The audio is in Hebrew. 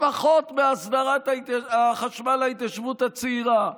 לפחות בהסדרת החשמל להתיישבות הצעירה?